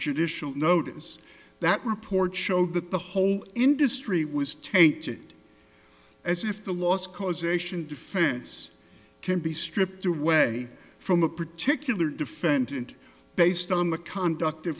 judicial notice that report showed that the whole industry was tainted as if the last causation defense can be stripped away from a particular defendant based on the conduct